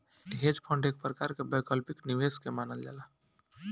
hedge fund एक प्रकार के वैकल्पिक निवेश के मानल जाला